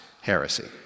heresy